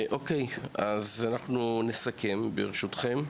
אנחנו נסכם, ברשותכם.